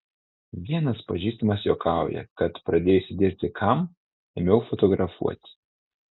vienas pažįstamas juokauja kad pradėjusi dirbti kam ėmiau fotografuoti